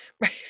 Right